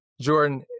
Jordan